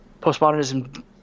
postmodernism